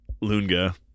Lunga